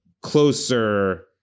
closer